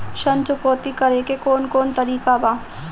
ऋण चुकौती करेके कौन कोन तरीका बा?